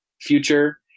future